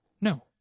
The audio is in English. No